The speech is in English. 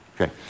Okay